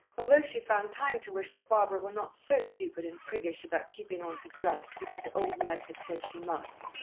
although she found time to wish that barbara were not so stupid and priggish about keeping on her gloves, because old nurse had said she must,